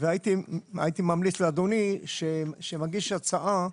הייתי ממליץ לאדוני שמגיש הצעה,